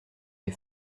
les